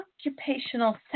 occupational